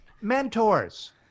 Mentors